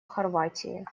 хорватии